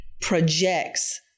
projects